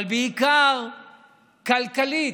אבל בעיקר כלכלית,